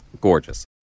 Gorgeous